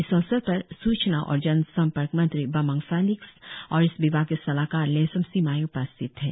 इस अवसर पर सूचना और जनसम्पर्क मंत्री बमांग फैलिक्स और इस विभाग के सलाहकार लैसम सिमाई उपस्थित थे